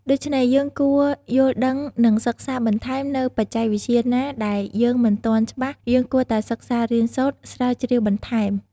ដូច្នេះយើងគួរយលដឺងនិងសិក្សាបន្ថែមនៅបច្ចេកវិទ្យាណាដែលយើងមិនទាន់ច្បាស់យើងគួរតែសិក្សារៀនសូត្រស្រាវជ្រាវបន្ថែម។